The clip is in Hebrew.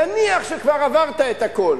נניח שכבר עברת את הכול